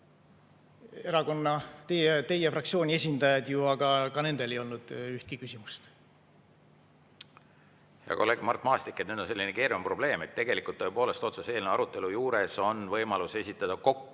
erakonna, teie fraktsiooni esindajaid, aga ka nendel ei olnud ühtegi küsimust. Hea kolleeg Mart Maastik, nüüd on selline keeruline probleem, et tegelikult tõepoolest otsuse eelnõu arutelu juures on võimalus esitada kaks